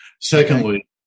Secondly